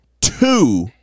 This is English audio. two